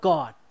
God